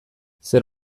zer